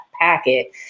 packet